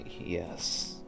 Yes